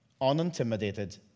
unintimidated